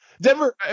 Denver